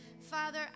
Father